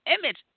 image